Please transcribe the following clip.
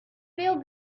fill